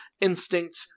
instinct